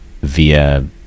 via